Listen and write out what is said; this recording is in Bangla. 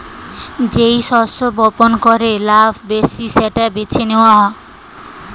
যেই শস্য বপন করে লাভ বেশি সেটা বেছে নেওয়া